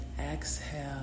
exhale